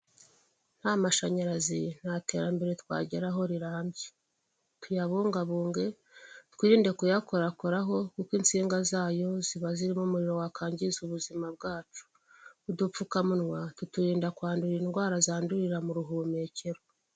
Nta mashanyarazi nta terambere twageraho rirambye tuyabungabunge twirinde kuyakorakoraho kuko insinga zayo ziba zirimo umuriro wakwangiza ubuzima bwacu udupfukamunwa tuturinda kwandura indwara zandurira mu ruhumekero.